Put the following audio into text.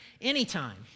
anytime